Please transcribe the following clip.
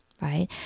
right